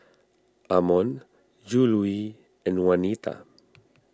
Amon Juluis and Juanita